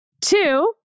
Two